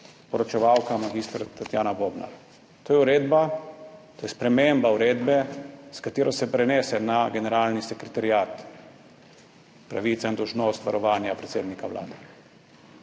poročevalka mag. Tatjana Bobnar, to je sprememba uredbe, s katero se prenese na Generalni sekretariat pravica in dolžnost varovanja predsednika Vlade.